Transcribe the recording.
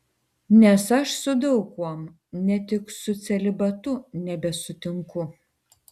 nes aš su daug kuom ne tik su celibatu nebesutinku